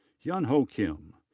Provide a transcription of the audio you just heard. hyun ho kim.